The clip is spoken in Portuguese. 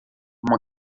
uma